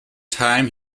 time